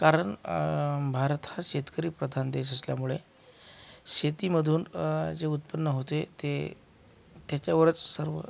कारण भारत हा शेतकरीप्रधान देश असल्यामुळे शेतीमधून जे उत्पन्न होते ते त्याच्यावरच सर्व